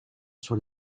sur